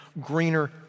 greener